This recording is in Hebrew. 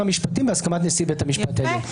המשפטים בהסכמת נשיא בית המשפט העליון.